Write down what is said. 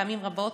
פעמים רבות,